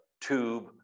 tube